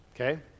Okay